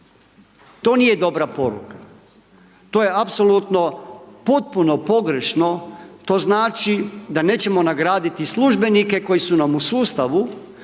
To nije dobra poruka, to je apsolutno potpuno pogrešno to znači da nećemo nagraditi službenike koji su nam u sustavu